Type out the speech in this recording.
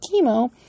chemo